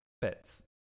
bits